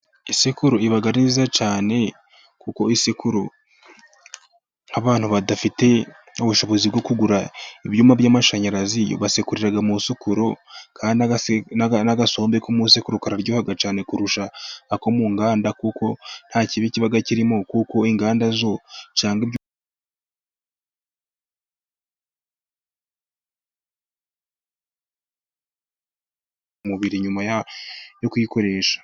Isekuru iba ari nziza cyane, kuko isekuru abantu badafite ubushobozi bwo kugura ibyumba by'amashanyarazi basekurira mu isekuro, n'agasombe ko mu isekuru karyoha cyane kurusha ako mu nganda, kuko nta kibi kibaga kirimo kuko inganda cyangwa ibyo umubiri nyuma yo kuyikoresha.